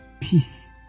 peace